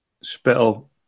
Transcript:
Spittle